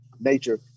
nature